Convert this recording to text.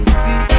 see